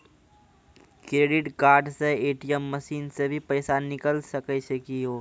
Credit card से ATM machine से भी पैसा निकल सकै छि का हो?